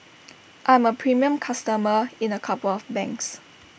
I'm A premium customer in A couple of banks